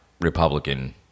Republican